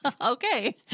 Okay